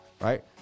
right